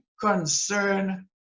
concern